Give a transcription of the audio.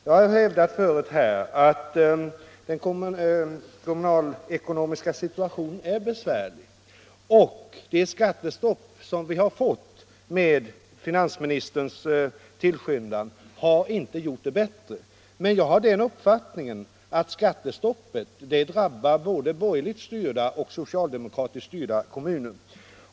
Jag har hävdat förut att den kommunalekonomiska situationen är besvärlig, och det skattestopp som vi har fått med finansministerns tillskyndan har inte gjort det bättre. Men jag har den uppfattningen att skattestoppet drabbar både borgerligt styrda och socialdemokratiskt styrda kommuner.